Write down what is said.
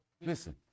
listen